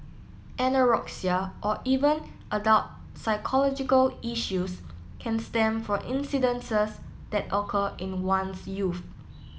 anorexia or even adult psychological issues can stem from incidences that occur in one's youth